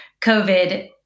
covid